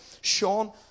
Sean